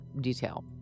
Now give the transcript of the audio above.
detail